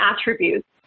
attributes